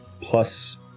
plus